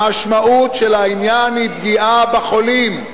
המשמעות של העניין היא פגיעה בחולים.